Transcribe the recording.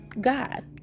God